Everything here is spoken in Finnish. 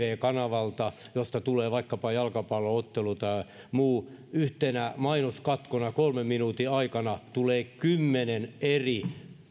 kanavalta josta tulee vaikkapa jalkapallo ottelu tai muu katsoa kun yhden mainoskatkon aikana kolmen minuutin aikana tulee suomen kielellä kymmenen eri